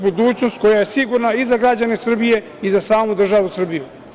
Budućnost koja je sigurna za građane Srbije i za samu državu Srbiju.